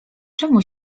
czemu